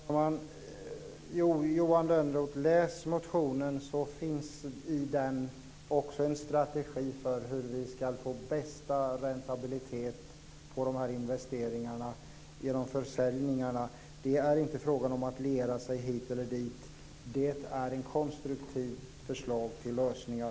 Fru talman! Jo, Johan Lönnroth, läs motionen. Där beskrivs en strategi för hur vi ska få bästa räntabilitet på investeringarna genom försäljningarna. Det är inte fråga om att liera sig hit eller dit. Det är konstruktiva förslag till lösningar.